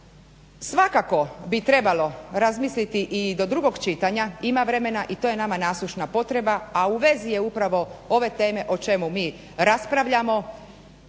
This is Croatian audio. Svakako bi trebalo razmisliti i do drugog čitanja, ima vremena i to je nama nasušna potreba, a u vezi je upravo ove teme o čemu mi raspravljamo,